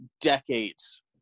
decades